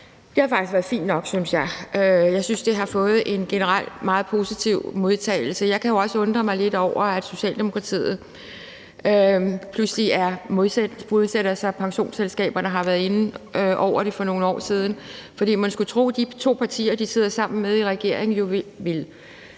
det har faktisk været fint nok, synes jeg. Jeg synes, det har fået en generelt meget positiv modtagelse. Jeg kan også undre mig lidt over, at Socialdemokratiet pludselig modsætter sig – pensionsselskaberne har været inde over det for nogle år siden – for man skulle tro, at de to partier, de sidder i regering sammen